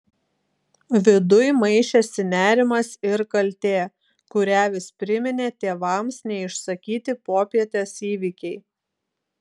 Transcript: viduj maišėsi nerimas ir kaltė kurią vis priminė tėvams neišsakyti popietės įvykiai